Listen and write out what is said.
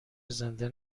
زنده